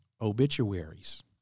obituaries